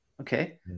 Okay